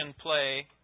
play